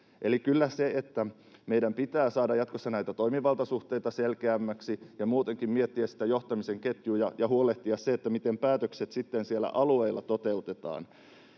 Eli kyllä meidän pitää saada jatkossa näitä toimivaltasuhteita selkeämmiksi ja muutenkin miettiä niitä johtamisen ketjuja ja huolehtia siitä, miten päätökset sitten siellä alueilla toteutetaan.